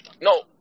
No